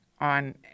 on